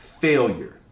failure